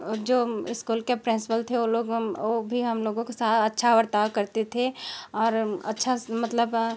जो स्कूल के प्रिंसिपल थे वो लोग वो भी हम लोग के साथ अच्छा बर्ताव करते थे और अच्छा मतलब